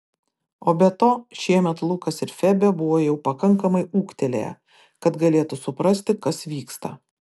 o be to šiemet lukas ir febė buvo jau pakankamai ūgtelėję kad galėtų suprasti kas vyksta